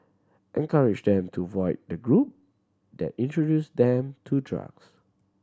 encourage them to avoid the group that introduced them to drugs